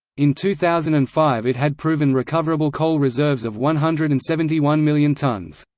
in two thousand and five it had proven recoverable coal reserves of one hundred and seventy one million tons.